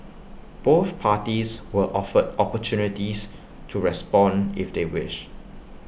both parties were offered opportunities to respond if they wished